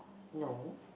no